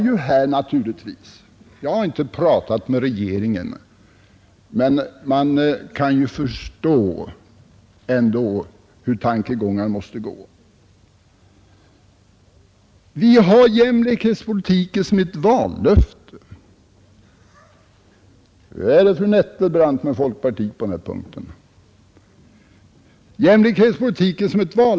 Jag har inte pratat med regeringen, men man kan ju förstå ändå hur tankegångarna måste gå: Vi har jämlikhetspolitiken som ett vallöfte — hur är det, fru Nettelbrandt, med folkpartiet på den punkten?